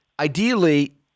Ideally